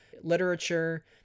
literature